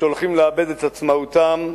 שהולכים לאבד את עצמאותם,